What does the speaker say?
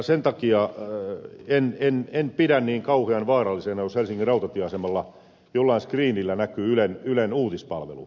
sen takia en pidä niin kauhean vaarallisena jos helsingin rautatieasemalla jollain skriinillä näkyy ylen uudispalvelu